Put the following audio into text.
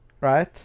right